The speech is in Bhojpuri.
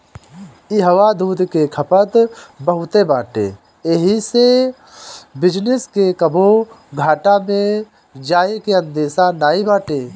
इहवा दूध के खपत बहुते बाटे एही से ए बिजनेस के कबो घाटा में जाए के अंदेशा नाई बाटे